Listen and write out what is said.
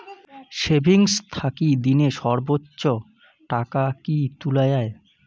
Savings থাকি দিনে সর্বোচ্চ টাকা কি তুলা য়ায়?